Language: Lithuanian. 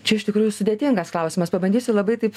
čia iš tikrųjų sudėtingas klausimas pabandysiu labai taip